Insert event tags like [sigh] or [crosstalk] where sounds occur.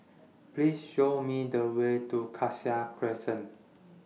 [noise] Please Show Me The Way to Cassia Crescent